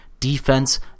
Defense